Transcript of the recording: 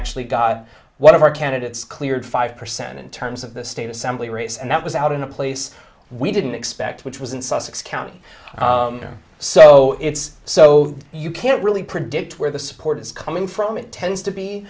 actually got one of our candidates cleared five percent in terms of the state assembly race and that was out in a place we didn't expect which was in sussex county so it's so you can't really predict where the support is coming from it tends to be